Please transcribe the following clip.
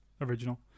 original